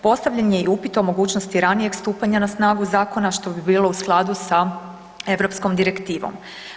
Postavljen je i upit o mogućnosti ranijeg stupanja na snagu zakona, što bi bilo u skladu sa europskom direktivom.